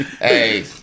hey